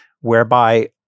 whereby